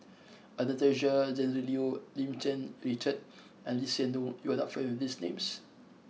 Anastasia Tjendril Liew Lim Cherng Yih Richard and Lee Hsien Loong you are not familiar with these names